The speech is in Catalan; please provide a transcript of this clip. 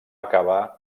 acabar